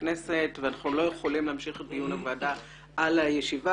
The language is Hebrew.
הכנסת ואנחנו לא יכולים להמשיך את דיוני הועדות בזמן המליאה.